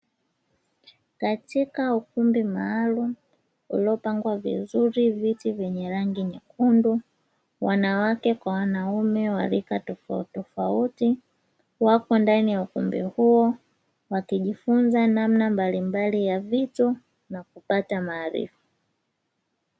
Katika ukumbi maalumu, uliopangwa vizuri viti vyenye rangi nyekundu, wanawake kwa wanaume wa rika tofautitofauti wapo ndani ya ukumbi huo, wakijifunza namna mbalimbali ya vitu na kupata maarifa.